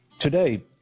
Today